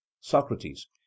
Socrates